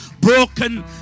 broken